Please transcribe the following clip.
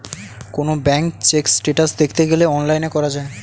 কোনো bank check status দেখতে গেলে অনলাইনে করা যায়